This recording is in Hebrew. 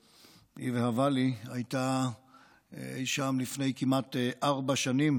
שהבהבה לי הייתה אי שם לפני כמעט ארבע שנים,